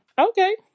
okay